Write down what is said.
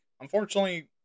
Unfortunately